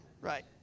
Right